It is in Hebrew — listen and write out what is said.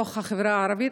בתוך החברה הערבית,